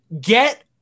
Get